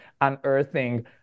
unearthing